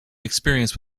experience